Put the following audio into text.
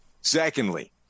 Secondly